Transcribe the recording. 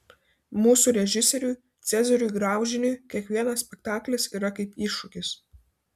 mūsų režisieriui cezariui graužiniui kiekvienas spektaklis yra kaip iššūkis